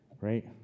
right